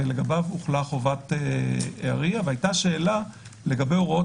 ולגביו הוחלה חובת RIA. הייתה שאלה לגבי הוראות